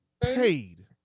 paid